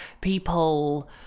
People